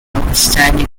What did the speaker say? outstanding